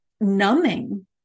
numbing